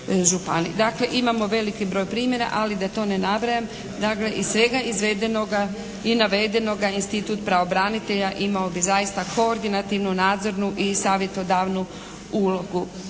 Dakle imamo veliki broj primjera, ali da to ne nabrajam, dakle iz svega izvedenoga i navedenoga institut pravobranitelja imao bi zaista koordinativnu, nadzornu i savjetodavnu ulogu.